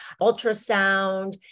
ultrasound